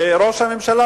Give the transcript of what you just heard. ראש הממשלה,